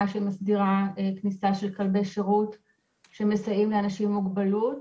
שמסדירה כניסה של כלבי שירות שמסייעים לאנשים עם מוגבלות.